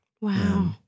Wow